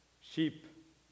sheep